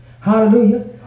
hallelujah